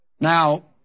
Now